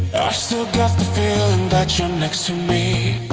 still got the feeling that you're next to me